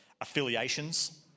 affiliations